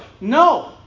No